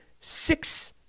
six